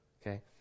Okay